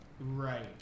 Right